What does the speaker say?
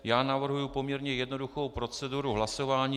Já navrhuji poměrně jednoduchou proceduru hlasování.